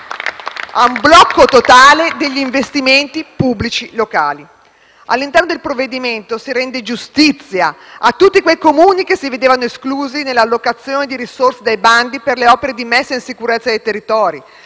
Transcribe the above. ad un blocco totale degli investimenti pubblici locali. *(Applausi dal Gruppo L-SP-PSd'Az)*. All'interno del provvedimento si rende giustizia a tutti quei Comuni che si vedevano esclusi nella allocazione di risorse dai bandi per opere di messa in sicurezza dei territori,